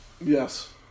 Yes